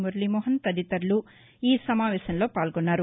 మురళీమోహన్ తదితరులు ఈ సమావేశంలో పాల్గొన్నారు